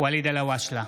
ואליד אלהואשלה,